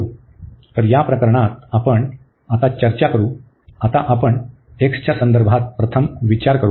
तर या प्रकरणात आपण आता चर्चा करू आता आपण x च्या संदर्भात प्रथम विचार करू